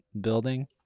building